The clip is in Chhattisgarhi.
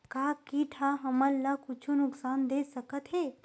का कीट ह हमन ला कुछु नुकसान दे सकत हे?